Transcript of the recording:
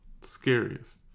scariest